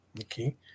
okay